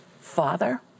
Father